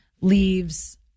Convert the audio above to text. leaves